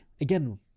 again